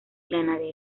ganadera